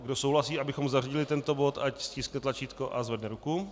Kdo souhlasí, abychom zařadili tento bod, ať stiskne tlačítko a zvedne ruku.